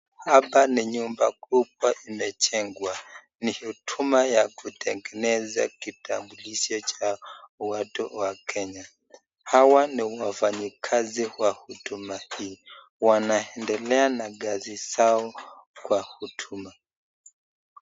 Hapa ni nyumba kubwa imejengwa ni huduma ya kutengeneza kitambulisho cha watu wa Kenya, hawa ni wafanyi kazi wa huduma hii, wanaendelea na kazi zao kwa huduma.